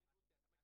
כרופא אני לא